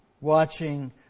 watching